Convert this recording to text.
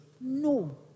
no